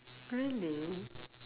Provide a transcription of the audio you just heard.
really